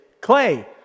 clay